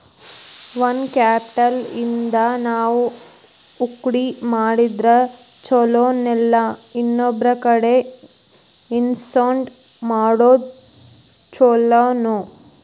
Own capital ಇಂದಾ ನಾವು ಹೂಡ್ಕಿ ಮಾಡಿದ್ರ ಛಲೊನೊಇಲ್ಲಾ ಇನ್ನೊಬ್ರಕಡೆ ಇಸ್ಕೊಂಡ್ ಮಾಡೊದ್ ಛೊಲೊನೊ?